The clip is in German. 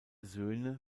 söhne